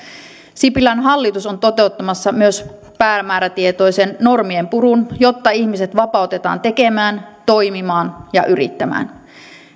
sipilän hallitus on toteuttamassa myös päämäärätietoisen normienpurun jotta ihmiset vapautetaan tekemään toimimaan ja yrittämään